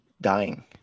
dying